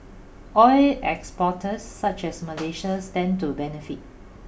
oil exporters such as Malaysia stand to benefit